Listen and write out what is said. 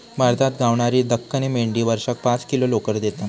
भारतात गावणारी दख्खनी मेंढी वर्षाक पाच किलो लोकर देता